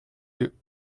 yeux